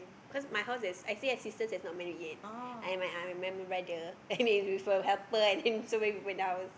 cause my house there's I still have sisters that not married yet and my uh my brother and with a helper and then so many people in the house